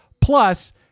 Plus